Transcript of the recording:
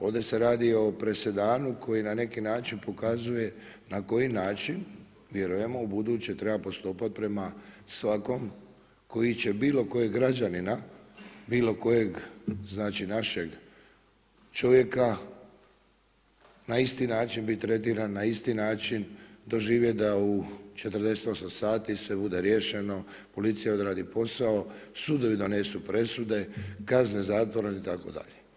Ovdje se radi o presedanu koji na neki način pokazuje na koji način, vjerujem, ubuduće trebamo postupati prema svakom koji će bilo kojeg građanina, bilo kojeg znači našeg čovjeka, na isti način biti tretiran, na isti način doživjeti da u 48 sati sve bude riješeno, policija odradio posao, sudovi donesu presude, kazne zatvora itd.